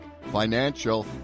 financial